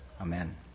Amen